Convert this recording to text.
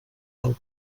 del